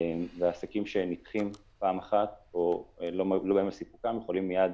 העסקים שנדחים פעם אחת או --- יכולים מייד